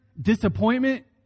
disappointment